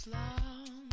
long